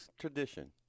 tradition